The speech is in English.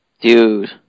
Dude